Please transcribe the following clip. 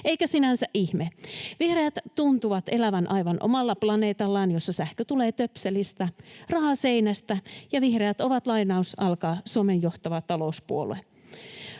Eikä sinänsä ihme: vihreät tuntuvat elävän aivan omalla planeetallaan, jossa sähkö tulee töpselistä, raha seinästä ja vihreät ovat ”Suomen johtava talouspuolue”.